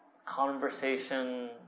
Conversation